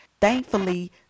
thankfully